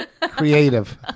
Creative